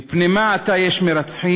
מפני מה עתה יש מרצחים,